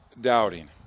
doubting